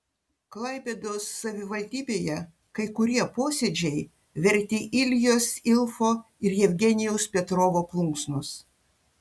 klaipėdos savivaldybėje kai kurie posėdžiai verti iljos ilfo ir jevgenijaus petrovo plunksnos